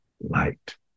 light